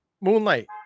Moonlight